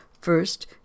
First